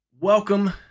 Welcome